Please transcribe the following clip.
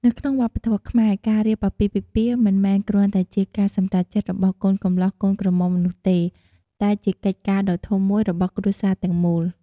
នៅក្នុងវប្បធម៌ខ្មែរ ការរៀបអាពាហ៍ពិពាហ៍មិនមែនគ្រាន់តែជាការសម្រេចចិត្តរបស់កូនកម្លោះកូនក្រមុំនោះទេ តែជាកិច្ចការដ៏ធំមួយរបស់គ្រួសារទាំងមូល។